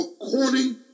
According